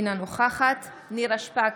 אינה נוכחת נירה שפק,